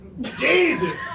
Jesus